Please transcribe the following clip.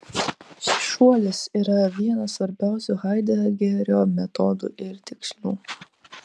šis šuolis yra vienas svarbiausių haidegerio metodų ir tikslų